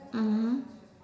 mmhmm